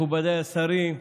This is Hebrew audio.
מכובדיי השרים,